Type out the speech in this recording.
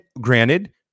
granted